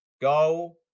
go